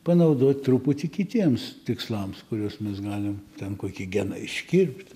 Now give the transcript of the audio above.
panaudot truputį kitiems tikslams kuriuos mes galim ten kokį geną iškirpt